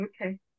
Okay